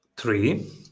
Three